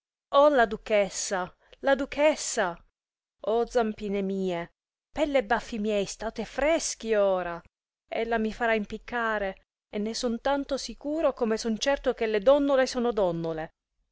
oh la duchessa la duchessa oh zampine mie pelle e baffi miei state freschi ora ella mi farà impiccare e ne son tanto sicuro come son certo che le donnole sono donnole